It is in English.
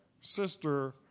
sister